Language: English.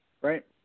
Right